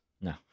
No